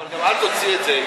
אבל גם אל תוציא את זה,